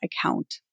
account